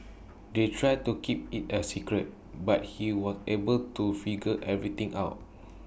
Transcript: they tried to keep IT A secret but he was able to figure everything out